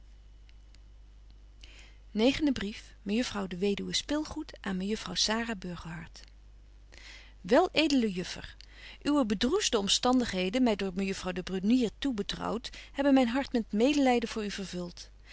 negende brief mejuffrouw de weduwe spilgoed aan mejuffrouw sara burgerhart wel edele juffer uwe bedroefde omstandigheden my door mejuffrouw de brunier toebetrouwt hebben myn hart met medelyden voor u vervult